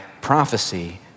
prophecy